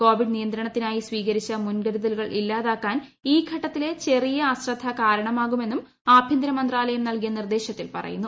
Covid നിര്യ്ത്രിനായി സ്വീകരിച്ച മുൻകരുതലുകൾ ഇല്ലാതാക്കാൻ ഈ ഘട്ടത്തിലെ ചെറിയ അശ്രദ്ധ കാരണമാകുമെന്നു ് ആഭ്യന്തര മന്ത്രാലയം നൽകിയ നിർദ്ദേശത്തിൽ പറയുന്നു